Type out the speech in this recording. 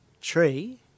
tree